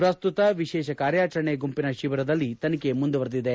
ಪ್ರಸ್ತುತ ವಿಶೇಷ ಕಾರ್ಯಾಚರಣೆ ಗುಂಪಿನ ಶಿಬಿರದಲ್ಲಿ ತನಿಖೆ ಮುಂದುವರಿದಿದೆ